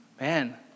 man